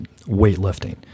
weightlifting